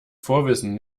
vorwissen